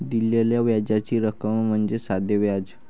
दिलेल्या व्याजाची रक्कम म्हणजे साधे व्याज